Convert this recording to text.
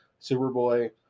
Superboy